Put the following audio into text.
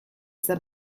zer